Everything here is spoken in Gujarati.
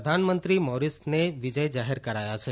પ્રધાનમંત્રી મોરીસને વિજય જાહેર કરાયા છે